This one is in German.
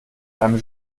einem